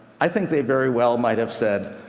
i think they very well might have said,